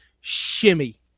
shimmy